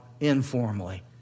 informally